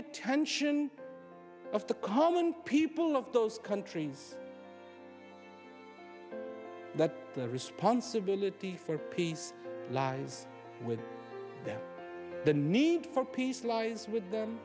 attention of the common people of those countries that the responsibility for peace lies with them the need for peace lies with them